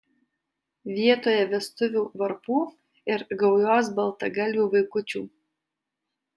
vietoje vestuvių varpų ir gaujos baltgalvių vaikučių